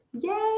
Yay